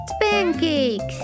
Pancakes